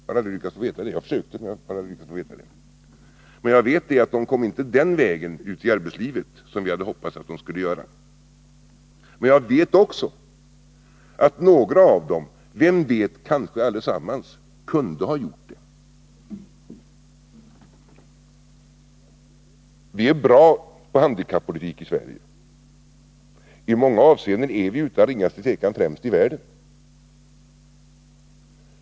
Jag har försökt få reda på det, men jag har inte lyckats. Men jag vet att de inte kom ut i arbetslivet den väg som vi hade hoppats. Jag vet emellertid också att några av dem — kanske allesammans, vem vet — kunde ha gjort det. Vi är bra på handikappolitik i Sverige. I många avseenden är vi utan minsta tvivel främst i världen.